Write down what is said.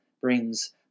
brings